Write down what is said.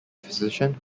physician